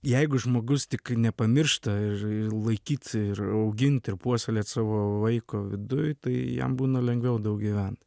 jeigu žmogus tik nepamiršta ir laikyt ir augint ir puoselėt savo vaiko viduj tai jam būna lengviau gyventi